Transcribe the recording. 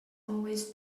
always